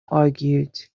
argued